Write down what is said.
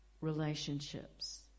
relationships